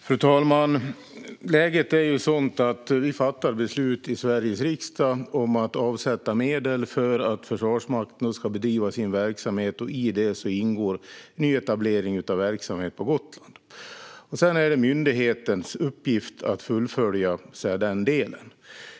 Fru talman! Läget är sådant att vi fattar beslut i Sveriges riksdag om att avsätta medel för att Försvarsmakten ska bedriva sin verksamhet. I det ingår nyetablering av verksamhet på Gotland. Sedan är det myndighetens uppgift att fullfölja den delen.